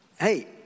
hey